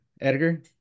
Edgar